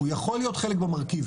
הוא יכול להיות חלק במרכיב,